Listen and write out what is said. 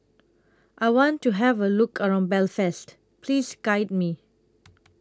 I want to Have A Look around Belfast Please Guide Me